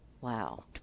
wow